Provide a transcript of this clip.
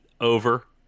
Over